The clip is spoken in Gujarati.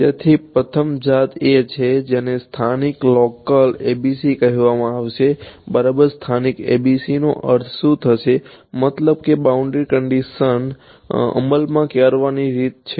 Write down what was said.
તેથી પ્રથમ જાત એ છે જેને સ્થાનિક કરવાની રીત છે